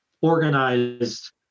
organized